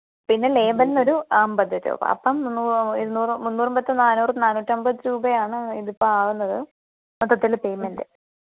പിന്നെ ലേബല്നൊരു അമ്പത് രൂപ അപ്പം ഇരുനൂറ് മുന്നൂറും പത്തും നാനൂറ് നാനൂറ്റമ്പത് രൂപയാണ് ഇതിപ്പം ആവുന്നത് മൊത്തത്തിൽ പേയ്മെന്റ്